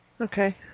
okay